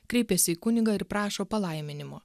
kreipiasi į kunigą ir prašo palaiminimo